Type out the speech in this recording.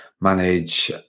manage